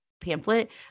pamphlet